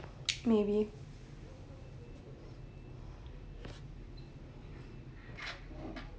maybe